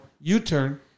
U-turn